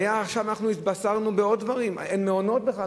עכשיו התבשרנו עוד דברים: אין מעונות בכלל,